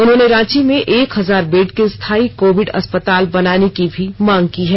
उन्होंने रांची में एक हजार बेड के स्थायी कोविड अस्पताल बनाने की भी मांग की है